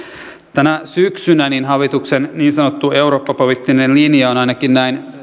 tänä syksynä hallituksen niin sanottu eurooppapoliittinen linja on ainakin näin